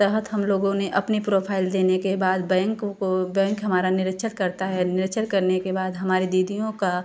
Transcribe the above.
तहत हम लोगों ने अपनी प्रोफाइल देने के बाद बैंक को बैंक हमारा निरीक्षण करता है निरीक्षण करने के बाद हमारी दीदीयों का